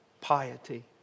piety